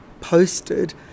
posted